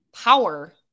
power